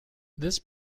this